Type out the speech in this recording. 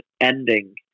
ending